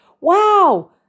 Wow